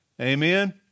amen